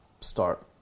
start